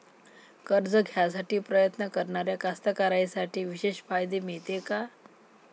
कर्ज घ्यासाठी प्रयत्न करणाऱ्या कास्तकाराइसाठी विशेष फायदे मिळते का?